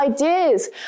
ideas